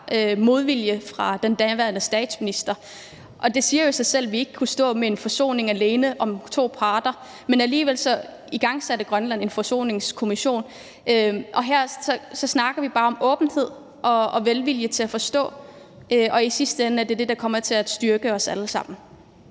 modvilje fra den daværende statsministers side, og det siger jo sig selv, at vi ikke kunne stå med en forsoning alene i en sag om to parter, men alligevel igangsatte Grønland en forsoningskommission. Og her snakker vi bare om åbenhed og velvilje med hensyn til at forstå, og i sidste ende er det det, der kommer til at styrke os alle sammen.